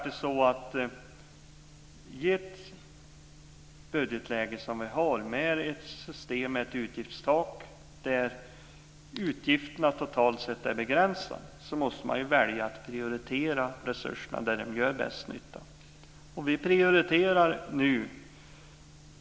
I det budgetläge som vi har med ett system med ett utgiftstak, där utgifterna totalt sett är begränsade, måste man prioritera resurserna och välja det där de gör störst nytta. Och vi prioriterar.